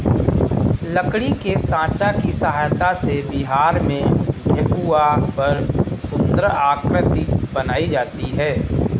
लकड़ी के साँचा की सहायता से बिहार में ठेकुआ पर सुन्दर आकृति बनाई जाती है